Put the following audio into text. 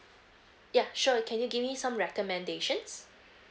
ya sure can you give me some recommendations